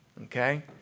okay